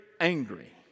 angry